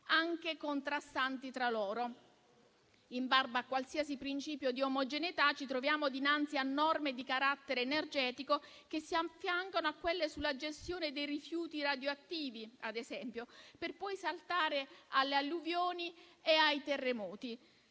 anche contrastanti tra loro. In barba a qualsiasi principio di omogeneità, ci troviamo dinanzi a norme di carattere energetico che si affiancano a quelle sulla gestione dei rifiuti radioattivi, ad esempio, per poi saltare alle alluvioni e ai terremoti;